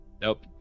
Nope